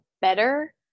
better